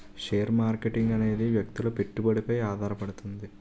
share marketing అనేది వ్యక్తుల పెట్టుబడిపై ఆధారపడుతది